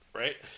right